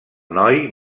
noi